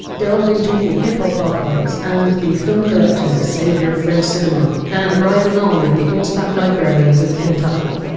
delve into the hip hop archives, and the film collections of a saviour of french cinema, and ride along with the horseback librarians of kentucky.